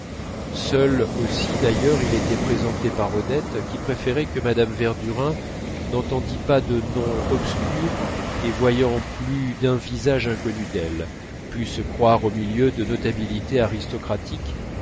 seul aussi d'ailleurs il était présenté par odette qui préférait que mme verdurin n'entendît pas de noms obscurs et voyant plus d'un visage inconnu d'elle pût se croire au milieu de notabilités aristocratiques